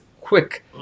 quick